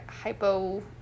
hypo